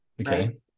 okay